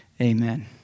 Amen